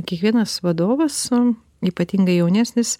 kiekvienas vadovas o ypatingai jaunesnis